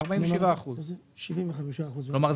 כלומר,